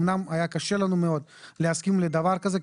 אמנם היה לנו קשה מאוד להסכים לדבר כזה,